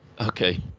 Okay